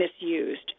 misused